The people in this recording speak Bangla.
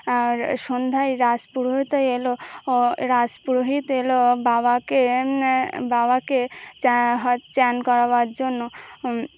আর সন্ধ্যায় রাজ পুরোহিত এলো রাজ পুরোহিত এলো বাবাকে বাবাকে চ্যা হ চান করাবার জন্য